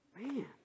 Man